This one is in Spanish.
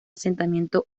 asentamiento